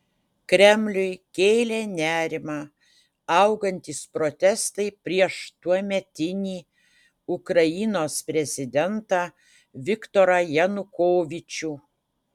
kremliui kėlė nerimą augantys protestai prieš tuometinį ukrainos prezidentą viktorą janukovyčių